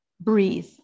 breathe